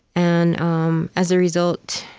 and um as a result,